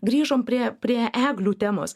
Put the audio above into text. grįžom prie prie eglių temos